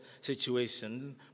situation